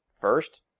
first